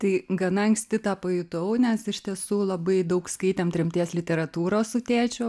tai gana anksti tą pajutau nes iš tiesų labai daug skaitėm tremties literatūros su tėčiu